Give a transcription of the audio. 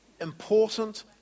important